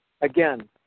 Again